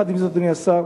עם זה, אדוני השר,